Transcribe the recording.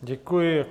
Děkuji.